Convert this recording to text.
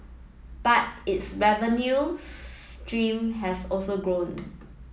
but its revenue stream has also grown